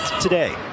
today